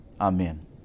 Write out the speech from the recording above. Amen